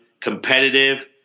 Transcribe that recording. competitive